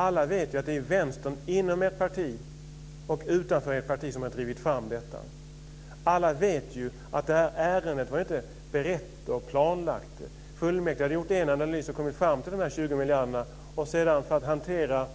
Alla vet ju att det är vänstern inom och utanför ert parti som har drivit fram detta. Alla vet ju att det här ärendet inte var berett och planlagt. Fullmäktige hade gjort en analys och kommit fram till dessa 20 miljarder. För att sedan hantera